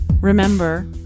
Remember